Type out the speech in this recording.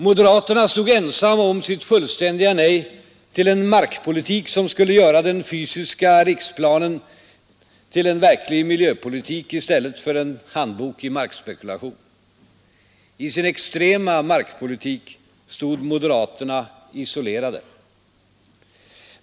Moderaterna stod ensamma om sitt fullständiga nej till en markpolitik som skulle göra den fysiska riksplanen till en verklig miljöpolitik i stället för en handbok i markspekulation. I sin extrema markpolitik stod moderaterna isolerade.